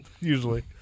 usually